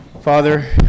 Father